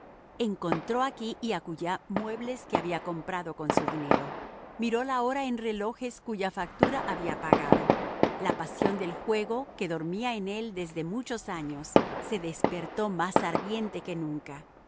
encontró aquí y acullá muebles que había comprado con su dinero miró la hora en relojes cuya factura había pagado la pasión del juego que dormía en él desde muchos años se despertó más ardiente que nunca